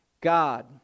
God